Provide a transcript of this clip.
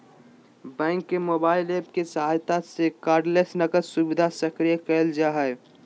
bank के mobile app के सहायता से कार्डलेस नकद सुविधा सक्रिय करल जा सको हय